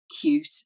cute